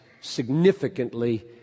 significantly